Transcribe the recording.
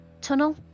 Tunnel